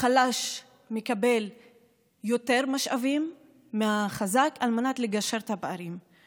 החלש מקבל יותר משאבים מהחזק על מנת לגשר על הפערים.